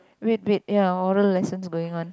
wait wait ya oral lessons going on